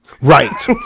Right